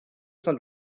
sein